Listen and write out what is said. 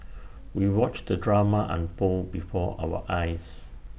we watched the drama unfold before our eyes